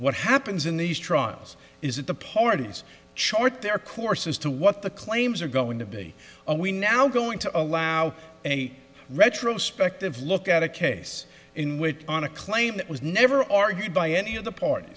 what happens in these trials is that the parties chart their courses to what the claims are going to be we now going to allow any retrospective look at a case in which on a claim that was never argued by any of the part